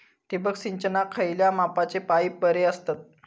ठिबक सिंचनाक खयल्या मापाचे पाईप बरे असतत?